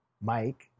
Mike